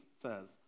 says